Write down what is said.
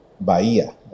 Bahia